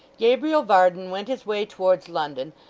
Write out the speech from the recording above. gabriel varden went his way towards london,